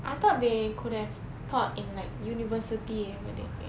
I thought they could have taught in like university when they get